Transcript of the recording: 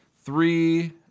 three